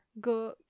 go